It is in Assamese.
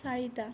চাৰিটা